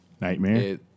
Nightmare